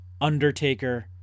Undertaker